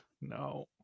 No